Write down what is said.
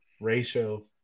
ratio